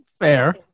Fair